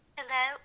Hello